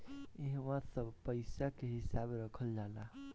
इहवा सब पईसा के हिसाब रखल जाला